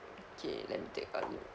okay let me take a look